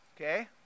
Okay